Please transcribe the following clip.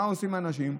מה עושים אנשים?